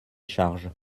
charges